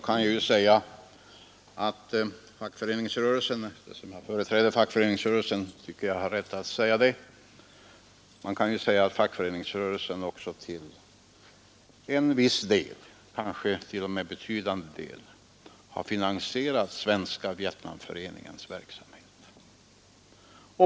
Man kan säga att fackföreningsrörelsen också — eftersom jag företräder fackföreningsrörelsen tycker jag att jag har rätt att säga det — till en viss del, kanske t.o.m. till en betydande del, har finansierat den svenska Vietnamkommitténs verksamhet.